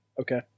Okay